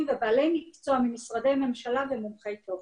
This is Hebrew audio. ובעלי מקצוע ממשרדי ממשלה ומומחי תוכן.